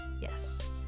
yes